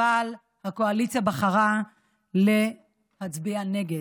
אבל הקואליציה בחרה להצביע נגד.